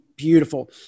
beautiful